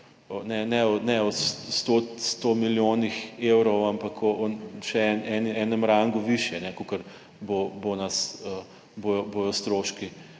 100, 100 milijonih evrov, ampak o še enem rangu višje kakor bodo stroški